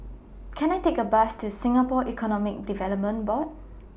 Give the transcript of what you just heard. Can I Take A Bus to Singapore Economic Development Board